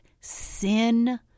sin